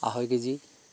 আঢ়ৈ কেজি